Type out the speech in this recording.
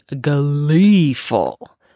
gleeful